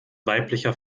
weiblicher